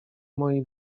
moi